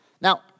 Now